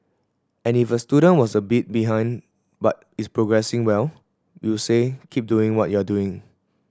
and if a student was a bit behind but is progressing well we'll say keep doing what you're doing